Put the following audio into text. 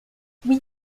oui